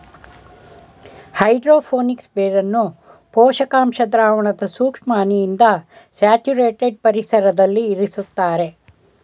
hydro phonics ಬೇರನ್ನು ಪೋಷಕಾಂಶ ದ್ರಾವಣದ ಸೂಕ್ಷ್ಮ ಹನಿಯಿಂದ ಸ್ಯಾಚುರೇಟೆಡ್ ಪರಿಸರ್ದಲ್ಲಿ ಇರುಸ್ತರೆ